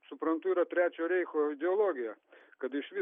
suprantu yra trečio reicho ideologija kad iš vis